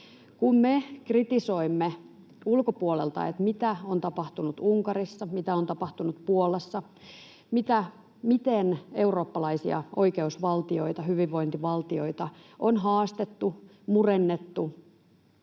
Kun me kritisoimme ulkopuolelta sitä, mitä on tapahtunut Unkarissa, mitä on tapahtunut Puolassa, miten eurooppalaisia oikeusvaltioita, hyvinvointivaltioita on haastettu, murennettu,